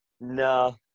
no